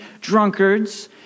drunkards